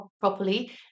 properly